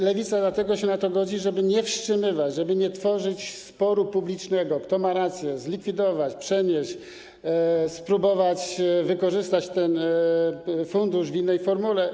Lewica dlatego się na to godzi, żeby nie wstrzymywać, żeby nie tworzyć sporu publicznego, kto ma rację: zlikwidować, przenieść, spróbować wykorzystać ten fundusz w innej formule.